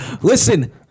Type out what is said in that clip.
Listen